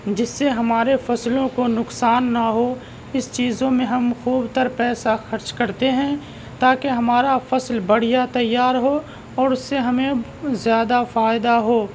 جس سے ہمارے فصلوں کو نقصان نہ ہو اس چیزوں میں ہم خوب تر پیسہ خرچ کرتے ہیں تاکہ ہمارا فصل بڑھیا تیار ہو اور اس سے ہمیں زیادہ فائدہ ہو